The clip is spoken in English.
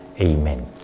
Amen